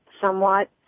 somewhat